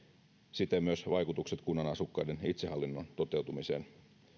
siten myös vaikutukset kunnan asukkaiden itsehallinnon toteutumiseen